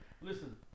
Listen